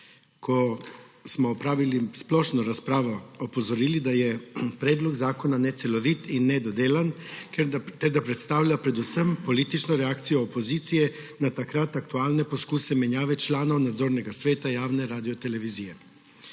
splošno razpravo, opozorili, da je predlog zakona necelovit in nedodelan ter da predstavlja predvsem politično reakcijo opozicije na takrat aktualne poskuse menjave članov nadzornega sveta javne Radiotelevizije.